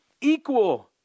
equal